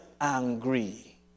angry